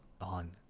on